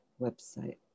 website